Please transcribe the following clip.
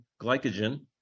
glycogen